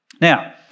Now